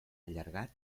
allargat